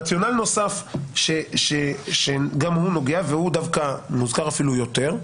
רציונל נוסף שגם הוא נוגע והוא דווקא מוזכר אפילו יותר,